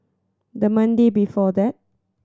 the Monday before that